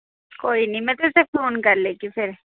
कोई निं में तुसेंगी फोन करी लैगी फिर